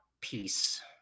peace